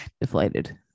deflated